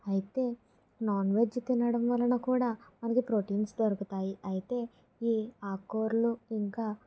అయితే non veg తినడం వలన కూడా మనకి ప్రోటీన్స్ దొరుకుతాయి అయితే ఈ ఆకుకూరలు ఇంకా